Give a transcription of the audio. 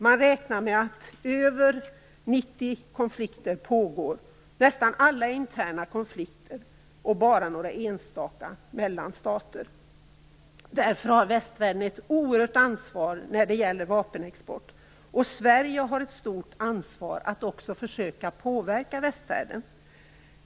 Man räknar med att över 90 konflikter pågår, nästan alla interna konflikter och bara några enstaka mellan stater. Därför har västvärlden ett oerhört ansvar för vapenexport, och Sverige har ett stort ansvar att också försöka påverka västvärlden.